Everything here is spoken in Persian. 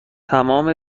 تمام